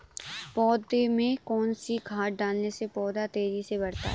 पौधे में कौन सी खाद डालने से पौधा तेजी से बढ़ता है?